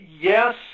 Yes